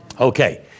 Okay